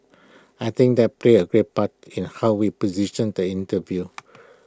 I think that plays A big part in how we position the interview